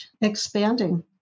expanding